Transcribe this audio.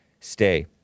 stay